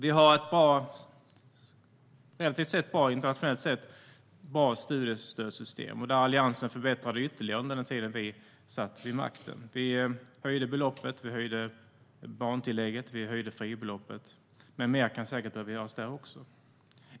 Internationellt sett har vi ett relativt bra studiestödssystem, och vi i Alliansen förbättrade det ytterligare när vi satt vid makten. Vi höjde studiestödsbeloppet, vi höjde barntillägget och vi höjde fribeloppet. Men mer kan säkert behöva göras även där.